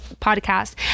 podcast